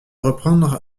reprendre